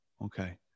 Okay